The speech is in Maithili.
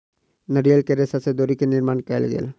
नारियल के रेशा से डोरी के निर्माण कयल गेल